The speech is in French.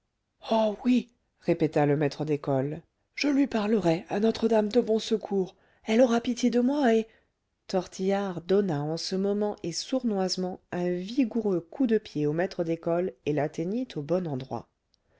oh oui répéta le maître d'école je lui parlerai à notre dame de bon secours elle aura pitié de moi et tortillard donna en ce moment et sournoisement un vigoureux coup de pied au maître d'école et l'atteignit au bon endroit